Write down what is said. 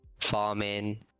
farming